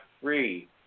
free